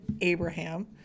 Abraham